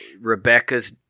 Rebecca's